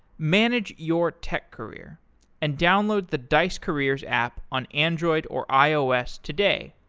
manage your tech career and download the dice careers app on android or ios today.